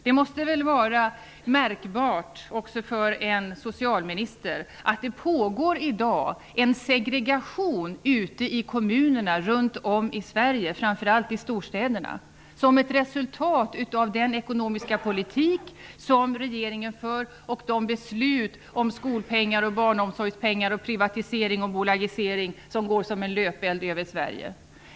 Det måste väl vara märkbart också för en socialminister att det i dag pågår en segregation i kommunerna runt om i Sverige, framför allt i storstäderna, som ett resultat av den ekonomiska politik som regeringen för och de beslut om skolpengar, barnomsorgspengar, privatisering och bolagisering som går som en löpeld över Sverige.